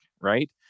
right